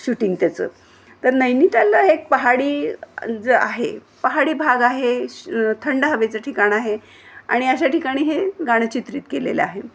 shooting त्याचं तर नैनीतालला एक पहाडी ज आहे पहाडी भाग आहे श थंड हवेचं ठिकाण आहे आणि अशा ठिकाणी हे गाणं चित्रित केलेलं आहे